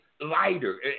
lighter